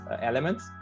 elements